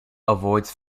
avoids